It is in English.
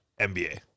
nba